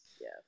Yes